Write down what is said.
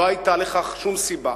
לא היתה לכך שום סיבה.